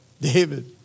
David